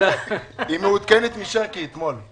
היא מעודכנת משרקי אתמול.